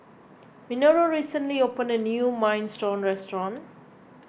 Minoru recently opened a new Minestrone restaurant